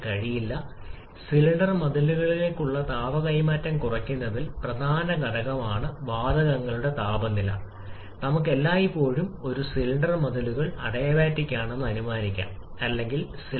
അതിനാൽ നിങ്ങൾ ഈ പ്രത്യേക ബന്ധം ഉപയോഗിച്ചാൽ നമ്മൾക്ക് ഇത് ഇങ്ങനെ എഴുതാം ഇപ്പോൾ താപനില കൂടുന്നതിനനുസരിച്ച് സിവി വർദ്ധിക്കുന്നതായി നമുക്ക് കാണാം അപ്പോൾ k ന് എന്ത് സംഭവിക്കും